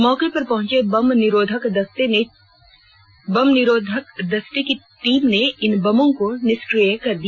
मौके पर पहंचे बम निरोधक दस्ते की टीम ने इन बमों को निष्क्रिय कर दिया